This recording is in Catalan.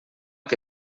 que